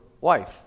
wife